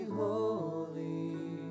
holy